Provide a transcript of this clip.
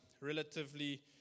relatively